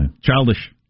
childish